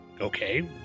okay